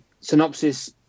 Synopsis